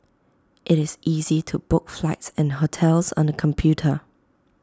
IT is easy to book flights and hotels on the computer